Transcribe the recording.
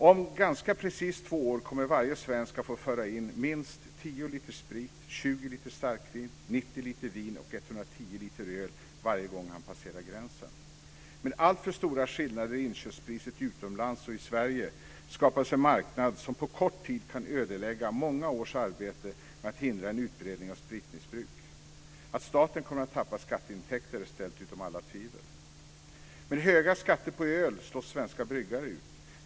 Om ganska precis två år kommer varje svensk att få föra in minst 10 liter sprit, 20 liter starkvin, 90 liter vin och 110 liter öl varje gång man passerar gränsen. Med alltför stora skillnader mellan inköpspriset utomlands och i Sverige skapas en marknad som på kort tid kan ödelägga många års arbete med att hindra en utbredning av spritmissbruk. Att staten kommer att tappa skatteintäkter är ställt utom allt tvivel. Med höga skatter på öl slås svenska bryggare ut.